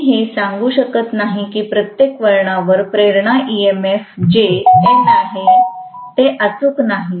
मी हे सांगू शकत नाही की प्रत्येक वळणावर प्रेरणा ईएमएफ जे N आहे ते अचूक नाही